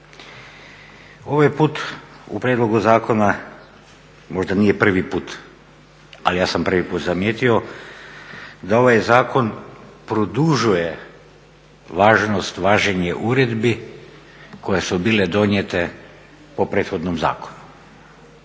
Ovaj put u prijedlogu zakona, možda nije prvi put ali ja sam prvi put zamijetio da ovaj zakon produžuje važnost važenje uredbi koje su bile donijete po prethodnom zakonu.